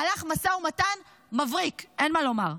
מהלך משא ומתן מבריק, אין מה לומר.